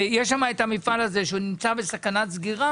ויש שם את המפעל הזה שנמצא בסכנת סגירה